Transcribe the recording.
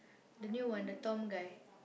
the new one the Tom guy